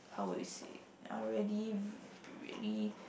how would you say are really v~ really